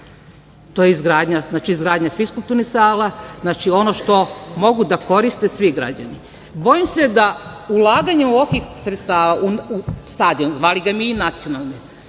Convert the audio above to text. to je izgradnja fiskulturnih sala, znači ono što mogu da koriste svi građani. Bojim se da ulaganje u stadion, zvali ga mi nacionalni,